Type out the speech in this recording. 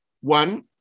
One